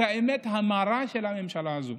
את האמת המרה של הממשלה הזאת.